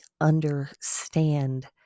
understand